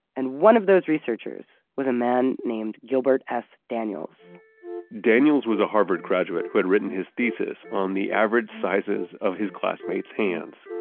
and one of those researchers was a man named gilbert s. daniels daniels was a harvard graduate who had written his thesis on the average sizes of his classmates' hands.